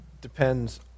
depends